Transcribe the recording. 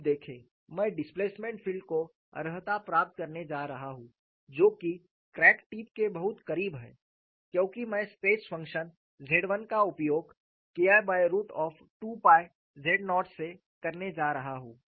अब देखें मैं डिस्प्लेसमेंट फील्ड को अर्हता प्राप्त करने जा रहा हूं जो कि क्रैक टिप के बहुत करीब है क्योंकि मैं स्ट्रेस फ़ंक्शन Z 1 का उपयोग K I by root of 2 pi Z naught से करने जा रहा हूं